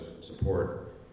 support